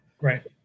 Right